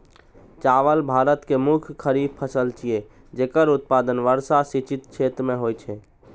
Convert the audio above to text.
चावल भारत के मुख्य खरीफ फसल छियै, जेकर उत्पादन वर्षा सिंचित क्षेत्र मे होइ छै